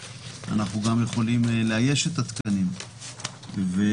אנחנו גם יכולים לאייש את התקנים ולמנות